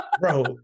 Bro